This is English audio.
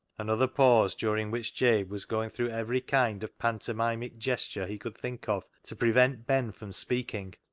another pause during which jabe was going through every kind of pantomimic gesture he could think of to prevent ben from speaking.